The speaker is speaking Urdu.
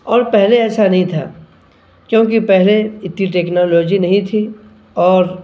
اور پہلے ایسا نہیں تھا کیونکہ پہلے اتنی ٹیکنالوجی نہیں تھی اور